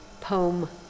poem